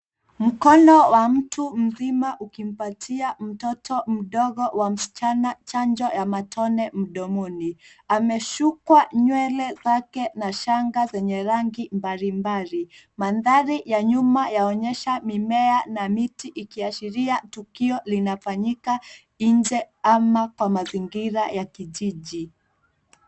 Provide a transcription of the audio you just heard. Mkono wa mtu mzima ukimpatia mtoto mdogo wa msichana chanjo ya matone mdomoni. Amesukwa nywele zake na shanga zenye rangi mbalimbali. Mandhari ya nyuma yaonyesha mimea na miti ikiashiria tukio linafanyika nje ama kwa mazingira ya kijiji.